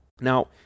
Now